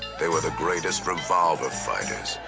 they were the greatest revolver fighters.